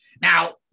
Now